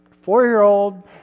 Four-year-old